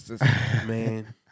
man